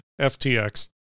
FTX